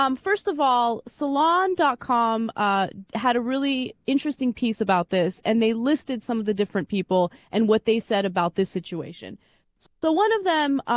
um first of all saloni dot com ah. had a really interesting piece about this and they listed some of the different people and what they said about this situation though one of them ah.